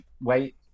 wait